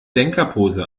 denkerpose